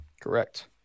Correct